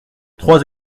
trois